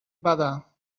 bada